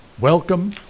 Welcome